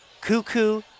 Cuckoo